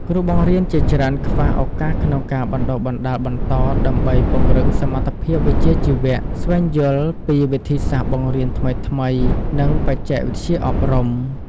គ្រូបង្រៀនជាច្រើនខ្វះឱកាសក្នុងការបណ្តុះបណ្តាលបន្តដើម្បីពង្រឹងសមត្ថភាពវិជ្ជាជីវៈ ស្វែងយល់ពីវិធីសាស្ត្របង្រៀនថ្មីៗ និងបច្ចេកវិទ្យាអប់រំ។